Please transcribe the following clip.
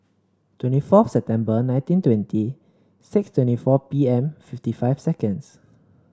twenty four September nineteen twenty six twenty four P M fifty five seconds